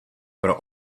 pro